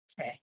Okay